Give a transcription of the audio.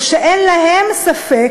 ואין להם ספק,